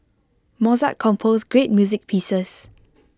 Mozart composed great music pieces